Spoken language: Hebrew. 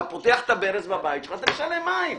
אתה פותח את הברז בבית שלך, אתה משלם מים.